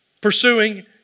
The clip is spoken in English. pursuing